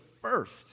first